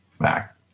back